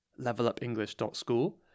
levelupenglish.school